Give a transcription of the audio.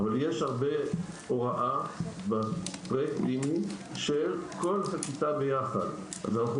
אבל יש הוראה רבה של כל הכיתה יחד אז אנחנו